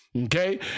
Okay